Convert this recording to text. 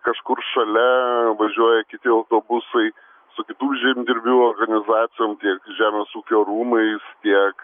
kažkur šalia važiuoja kiti autobusai su kitų žemdirbių organizacijom tiek žemės ūkio rūmais tiek